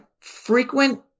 frequent